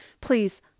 Please